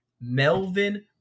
Melvin